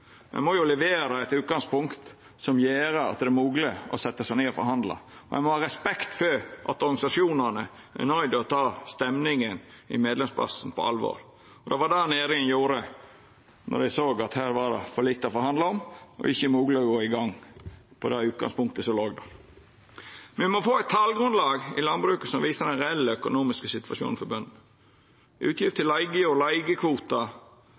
Ein må jo levera eit utgangspunkt som gjer at det er mogleg å setja seg ned å forhandla, og ein må ha respekt for at organisasjonane er nøydde til å ta stemninga i medlemsbasen på alvor. Det var det næringa gjorde då dei såg at det var for lite å forhandla om og ikkje mogleg å gå i gang med det utgangspunktet som låg der. I landbruket må me få eit talgrunnlag som viser den reelle økonomiske situasjonen til bøndene. Utgifter til leige og leigekvotar